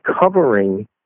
covering